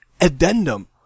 addendum